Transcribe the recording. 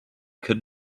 could